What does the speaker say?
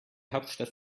hauptstadt